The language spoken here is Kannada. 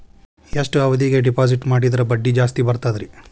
ಎಷ್ಟು ಅವಧಿಗೆ ಡಿಪಾಜಿಟ್ ಮಾಡಿದ್ರ ಬಡ್ಡಿ ಜಾಸ್ತಿ ಬರ್ತದ್ರಿ?